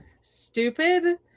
stupid